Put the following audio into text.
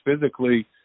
physically